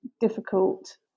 difficult